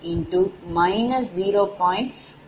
02 0